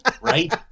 right